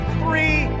three